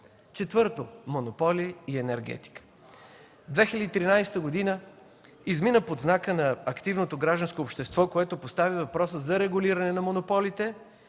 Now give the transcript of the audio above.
Четвърто, монополи и енергетика. Две хиляди и тринадесета година измина под знака на активното гражданско общество, което постави въпроса за регулиране на монополите,